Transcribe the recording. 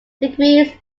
degrees